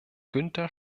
günter